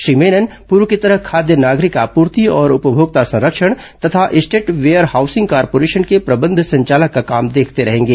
श्री मेनन पर्व की तरह खाद्य नागरिक आपूर्ति और उपमोक्ता संरक्षण तथा स्टेट वेयर हॉउसिंग कार्पोरेशन के प्रबंध संचालक का काम देखते रहेंगे